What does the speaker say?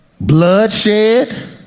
bloodshed